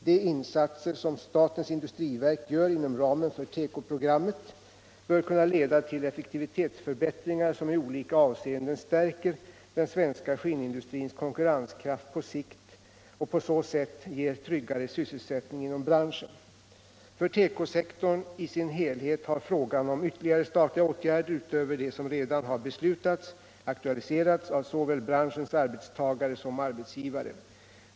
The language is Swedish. De insatser som statens industriverk gör inom ramen för tekoprogrammet bör kunna leda till effektivitetsförbättringar som i olika avseenden stärker den svenska skinnindustrins konkurrenskraft på sikt och på så sätt ger tryggare sysselsättning inom branschen. För tekosektorn i sin helhet har frågan om ytterligare statliga åtgärder utöver dem som redan har beslutats aktualiserats av såväl branschens arbetstagare som dess arbetsgivare.